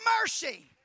mercy